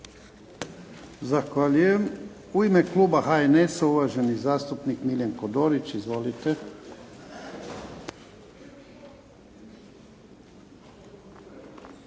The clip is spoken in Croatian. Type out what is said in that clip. Zahvaljujem. U ime kluba HNS-a, uvaženi zastupnik Miljenko Dorić. Izvolite.